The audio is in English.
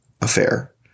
affair